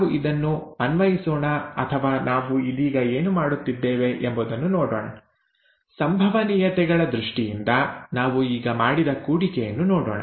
ನಾವು ಇದನ್ನು ಅನ್ವಯಿಸೋಣ ಅಥವಾ ನಾವು ಇದೀಗ ಏನು ಮಾಡಿದ್ದೇವೆ ಎಂಬುದನ್ನು ನೋಡೋಣ ಸಂಭವನೀಯತೆಗಳ ದೃಷ್ಟಿಯಿಂದ ನಾವು ಈಗ ಮಾಡಿದ ಕೂಡಿಕೆಯನ್ನು ನೋಡೋಣ